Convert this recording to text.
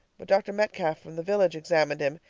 but dr. metcalf from the village examined him,